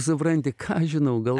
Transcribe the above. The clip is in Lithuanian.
supranti ką aš žinau gal